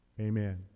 Amen